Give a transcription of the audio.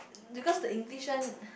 because the English one